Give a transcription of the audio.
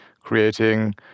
creating